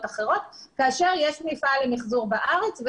אחרות כאשר יש מפעל למחזור בארץ,